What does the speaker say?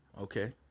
Okay